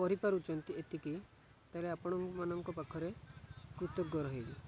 କରିପାରୁଛନ୍ତି ଏତିକି ତାହେଲେ ଆପଣମାନଙ୍କ ପାଖରେ କୃତଜ୍ଞ ରହିବି